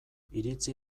iritzi